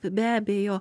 be abejo